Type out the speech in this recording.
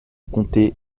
comté